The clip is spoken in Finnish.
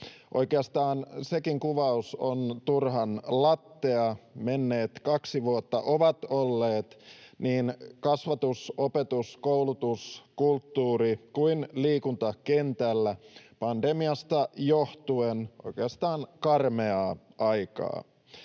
Oikeastaan sekin kuvaus on turhan lattea. Menneet kaksi vuotta ovat olleet niin kasvatus-, opetus-, koulutus-, kulttuuri- kuin liikuntakentällä pandemiasta johtuen oikeastaan karmeaa aikaa.